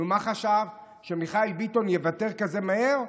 נו, מה חשבת, שמיכאל ביטון יוותר כזה מהר?